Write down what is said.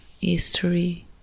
history